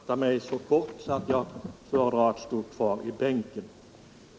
Herr talman! Jag skall fatta mig så kort att jag föredrar att stå kvar i bänken.